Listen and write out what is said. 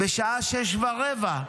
בשעה 06:15,